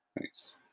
Nice